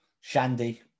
Shandy